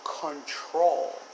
control